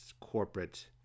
Corporate